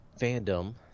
fandom